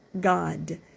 God